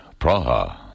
Praha